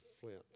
Flint